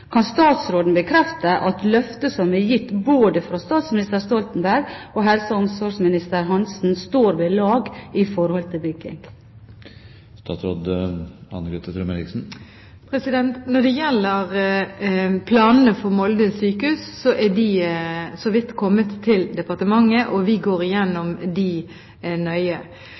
Kan statsråden bekrefte at løftet som er gitt, både fra statsminister Stoltenberg og helse- og omsorgsminister Hanssen, står ved lag i forhold til bygging? Når det gjelder planene for Molde sykehus, er de så vidt kommet til departementet, og vi går nøye igjennom